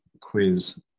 quiz